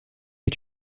est